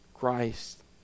Christ